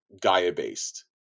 Gaia-based